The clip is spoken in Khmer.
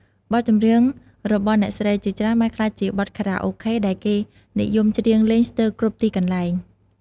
បទចម្រៀងរបស់អ្នកស្រីជាច្រើនបានក្លាយជាបទខារ៉ាអូខេដែលគេនិយមច្រៀងលេងស្ទើរគ្រប់ទីកន្លែង។